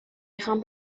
میخام